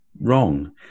wrong